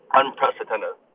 unprecedented